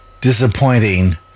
disappointing